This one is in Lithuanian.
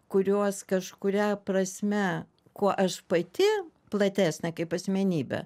kuriuos kažkuria prasme kuo aš pati platesnė kaip asmenybė